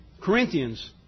Corinthians